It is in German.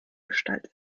gestalt